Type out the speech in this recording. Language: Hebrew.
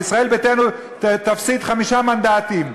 וישראל ביתנו תפסיד חמישה מנדטים,